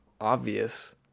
obvious